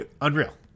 unreal